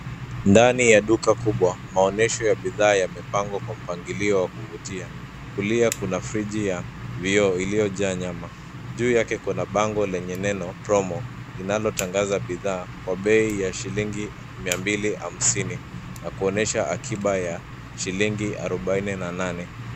Ndani ya duka kubwa maonesho ya bidhaa yamepangwa kwa mpangilio wa kuvutia. Kulia kuna frigi ya vioo iliyojaa nyama. Juu yake kuna bango lenye neno promo linalotangaza bidhaa kwa bei ya shilingi mia mbili hamsini na kuonyesha akiba ya shilingi arobaini na nane.